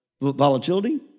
volatility